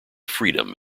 freedom